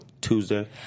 Tuesday